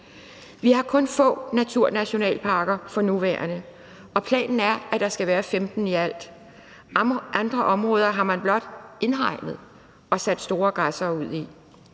kun få naturnationalparker, og planen er, at der skal være 15 i alt. Andre områder har man blot indhegnet og udsat store græssere på.